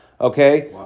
Okay